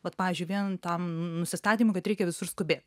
vat pavyzdžiui vien tam nusistatymui kad reikia visur skubėt